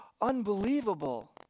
unbelievable